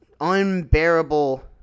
unbearable